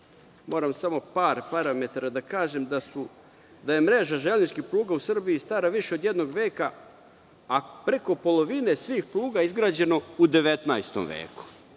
moram samo parametara da kažem da je mreža železničkih pruga u Srbiji stara više od jednog veka, a preko polovine svih pruga izgrađeno u 19. veku.